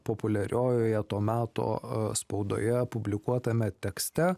populiariojoje to meto spaudoje publikuotame tekste